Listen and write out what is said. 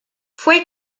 fue